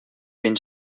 ben